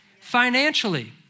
Financially